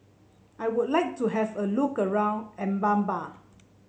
I would like to have a look around Mbabana